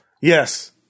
Yes